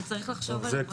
וצריך לחשוב על הדברים האלה.